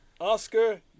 Oscar